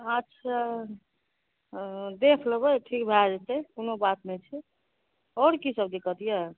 अच्छा ओ देख लेबै ठीक भए जेतै कोनो बात नहि छै आओर कीसभ दिक्कत यए